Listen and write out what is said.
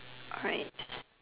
alright